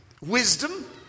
wisdom